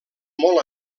molt